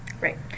Right